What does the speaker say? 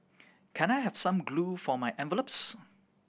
can I have some glue for my envelopes